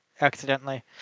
accidentally